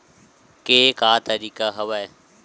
के का तरीका हवय?